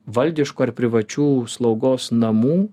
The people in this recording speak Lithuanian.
valdiškų ar privačių slaugos namų